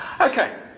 Okay